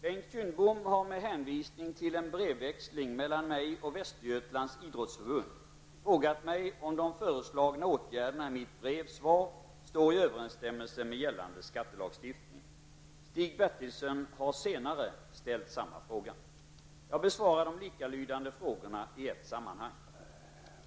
Herr talman! Bengt Kindbom har med hänvisning till en brevväxling mellan mig och Västergötlands idrottsförbund frågat mig om de föreslagna åtgärderna i mitt brevsvar står i överensstämmelse med gällande skattelagstiftning. Stig Bertilsson har senare ställt samma fråga. Jag besvarar de likalydande frågorna i ett sammanhang.